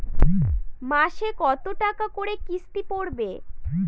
মাসে কত টাকা করে কিস্তি পড়বে?